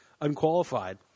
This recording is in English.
unqualified